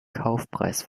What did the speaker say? kaufpreis